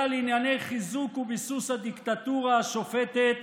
לענייני חיזוק וביסוס הדיקטטורה השופטת